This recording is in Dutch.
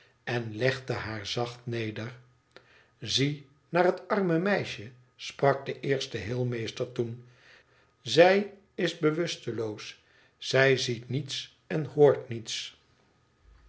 en legde haar zacht neder zie naar het arme meisje sprak de eerste heelmeester toen izij is bewusteloos zij ziet niets en hoort niets